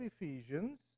Ephesians